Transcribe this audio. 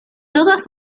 todas